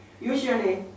Usually